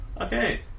Okay